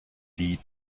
die